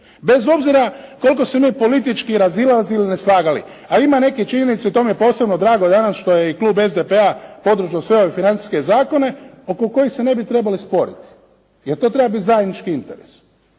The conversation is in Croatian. bez obzira koliko se mi politički razilazili ili neslagali, a ima nekih činjenica i to mi je posebno drago danas što je i klub SDP-a podržao sve ove financijske zakone oko kojih se ne bi trebali sporiti, jer to treba biti zajednički interes.